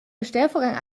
bestellvorgang